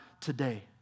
today